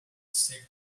said